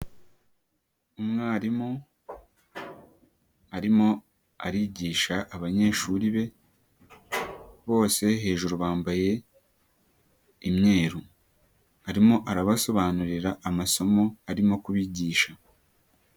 umwarimu arimo arigisha abanyeshuri be bose hejuru bambaye imyeru arimo arabasobanurira amasomo arimo kubigisha.